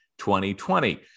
2020